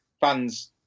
fans